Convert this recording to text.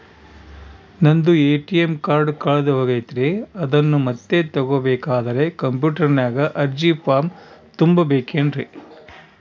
ನಂದು ATM card ಕಳೆದು ಹೋಗೈತ್ರಿ ಅದನ್ನು ಮತ್ತೆ ತಗೋಬೇಕಾದರೆ ಕಂಪ್ಯೂಟರ್ ನಾಗ ಅರ್ಜಿ ಫಾರಂ ತುಂಬಬೇಕನ್ರಿ?